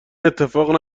اتفاق